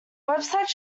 websites